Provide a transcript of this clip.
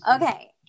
Okay